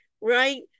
right